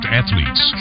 athletes